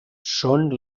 són